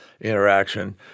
interaction